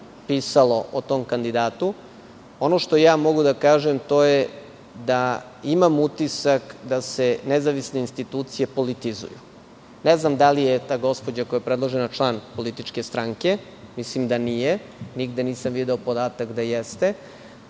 pisalo o tom kandidatu. Ono što ja mogu da kažem, to je da imam utisak da se nezavisne institucije politizuju. Ne znam da li je ta gospođa koja je predložena član političke stranke, mislim da nije, nigde nisam video podatak da jeste,